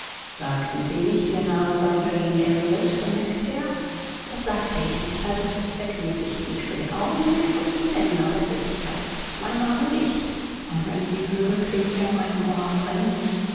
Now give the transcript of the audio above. sagten sie nicht ihr name sei jane elliott bemerkte er das sagte ich und ich halte es für zweckmäßig mich für den augenblick so zu nennen aber in wirklichkeit ist das mein name nicht und wenn ich ihn höre klingt er meinem ohr fremd